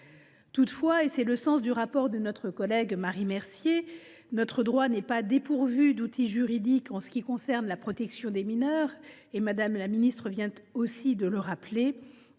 Toutefois, et c’est le sens du rapport de notre collègue Marie Mercier, notre droit n’est pas dépourvu d’outils juridiques pour la protection des mineurs – Mme la ministre vient de le rappeler